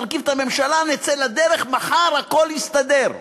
נרכיב את הממשלה, נצא לדרך, ומחר הכול יסתדר.